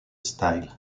style